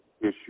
issue